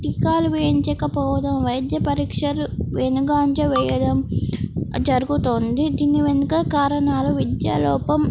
టీకాలు వేయించకపోవడం వైద్య పరీక్షలు వెనుకంజ వేయడం జరుగుతోంది దీని వెనక కారణాలు విద్య లోపం